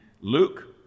Luke